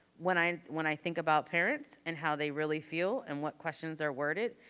when i when i think about parents and how they really feel and what questions are worded.